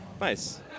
Nice